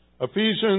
Ephesians